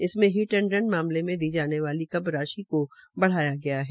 इसमें hit and run मामले में दी जाने वाली कम राशि को बढ़ाया गया है